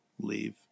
leave